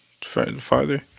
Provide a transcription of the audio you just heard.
farther